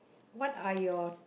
what are your